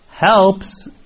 Helps